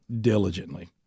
diligently